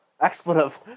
Expletive